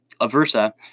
Aversa